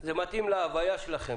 זה מתאים להוויה שלכם,